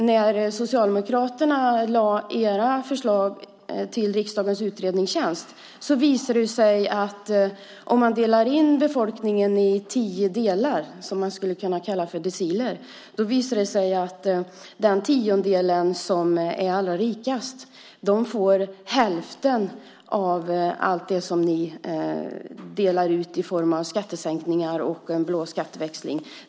När Socialdemokraterna lät riksdagens utredningstjänst se över era förslag visade det sig att om man delar in befolkningen i tio delar, som man skulle kunna kalla deciler, visade det sig att den tiondel som är allra rikast i Sverige får hälften av allt det som ni delar ut i form av skattesänkningar och en blå skatteväxling.